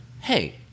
hey